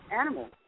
animals